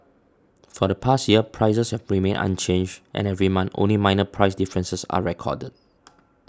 for the past year prices have remained unchanged and every month only minor price differences are recorded